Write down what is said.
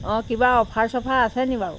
অঁ কিবা অফাৰ চফাৰ আছে নি বাৰু